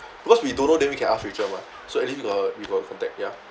because we don't know then we can ask rachel [what] so at least we got we got contact ya